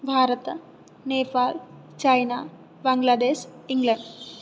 Bharata Nepal China Bangladesh England